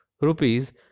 rupees